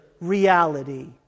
reality